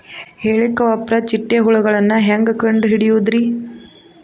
ಹೇಳಿಕೋವಪ್ರ ಚಿಟ್ಟೆ ಹುಳುಗಳನ್ನು ಹೆಂಗ್ ಕಂಡು ಹಿಡಿಯುದುರಿ?